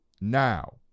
now